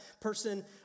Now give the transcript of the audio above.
person